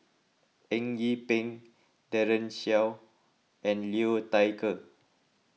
Eng Yee Peng Daren Shiau and Liu Thai Ker